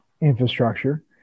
infrastructure